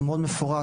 שהוא מאוד מפורט,